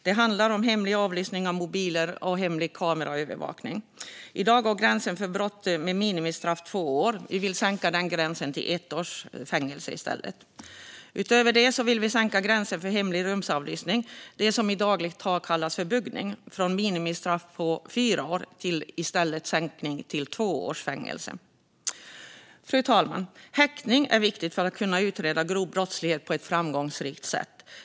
Det handlar om hemlig avlyssning av mobiler och hemlig kameraövervakning. I dag går gränsen vid brott med ett minimistraff på två års fängelse. Vi vill sänka den gränsen till ett års fängelse. Utöver det vill vi sänka gränsen för hemlig rumsavlyssning, det som i dagligt tal kallas för buggning, från minimistraffet på fyra års fängelse till två års fängelse. Fru talman! Häktning är viktigt för att kunna utreda grov brottslighet på ett framgångsrikt sätt.